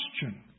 question